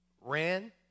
ran